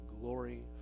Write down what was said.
glory